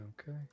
Okay